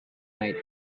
night